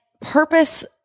purpose